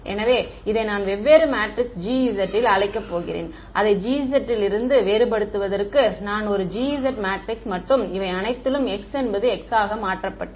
எனவே இதை நான் வெவ்வேறு மேட்ரிக்ஸ் Gs ல் அழைக்கப் போகிறேன் அதை Gz லிருந்து வேறுபடுத்துவதற்கு நான் ஒரு Gs மேட்ரிக்ஸ் மற்றும் இவை அனைத்திலும் χ என்பது x ஆக மாற்றப்பட்டது